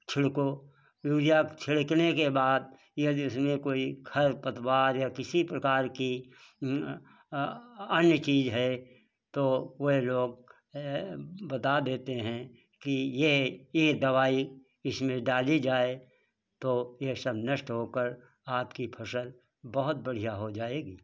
छिड़को urea छिड़कने के बाद ये जिसमें कोई खढ़पतवार या किसी प्रकार की अन्य चीज़ है तो वे लोग बता देते हैं कि ये ये दवाई इसमें डाली जाए तो ये सब नष्ट होकर आपकी फसल बहुत बढ़िया हो जाएगी